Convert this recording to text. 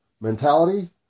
mentality